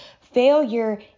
Failure